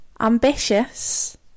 ambitious